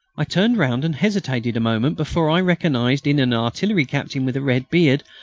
i turned round and hesitated a moment before i recognised in an artillery captain with a red beard,